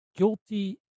Guilty